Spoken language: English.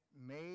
made